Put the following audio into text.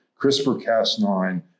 CRISPR-Cas9